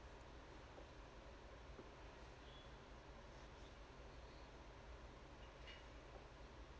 uh